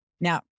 Now